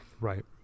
Right